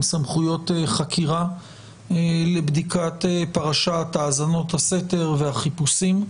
סמכויות חקירה לבדיקת פרשת האזנות הסתר והחיפושים,